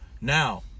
Now